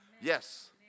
Yes